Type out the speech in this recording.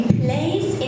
place